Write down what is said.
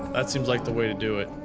that seems like the way to do it.